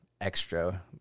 extra